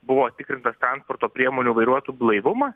buvo tikrintas transporto priemonių vairuotojų blaivumas